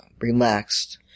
relaxed